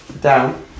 Down